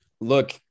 Look